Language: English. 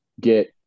get